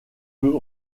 peut